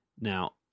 now